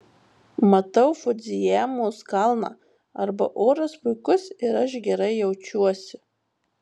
matau fudzijamos kalną arba oras puikus ir aš gerai jaučiuosi